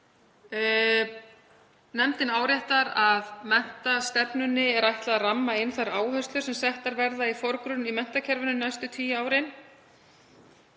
Nefndin áréttar að menntastefnunni er ætlað að ramma inn þær áherslur sem settar verða í forgrunn í menntakerfinu næstu tíu árin.